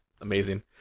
amazing